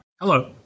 Hello